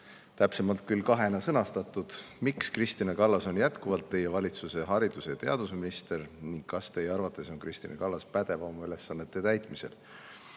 täpsemalt küll kahena sõnastatud: miks Kristina Kallas on jätkuvalt teie valitsuse haridus- ja teadusminister ning kas teie arvates on Kristina Kallas pädev oma ülesannete täitmisel?